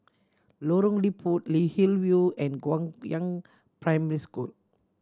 Lorong Liput Hillview and Guangyang Primary School